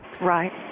Right